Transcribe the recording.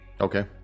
Okay